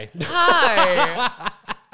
Hi